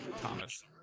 thomas